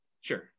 Sure